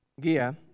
Gia